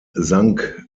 sank